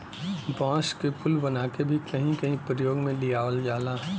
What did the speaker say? बांस क पुल बनाके भी कहीं कहीं परयोग में लियावल जाला